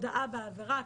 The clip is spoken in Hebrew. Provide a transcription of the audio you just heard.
הודאה בעבירה.